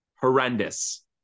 Horrendous